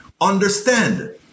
Understand